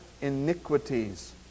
iniquities